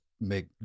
make